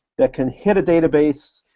that can hit a database,